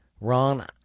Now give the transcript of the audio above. Ron